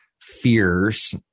fears